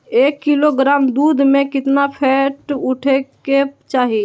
एक किलोग्राम दूध में केतना फैट उठे के चाही?